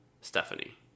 Stephanie